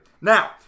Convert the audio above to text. Now